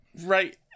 Right